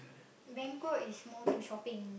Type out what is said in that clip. Bangkok is more to shopping